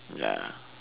ya